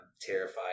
terrified